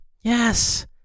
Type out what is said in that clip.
Yes